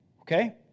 Okay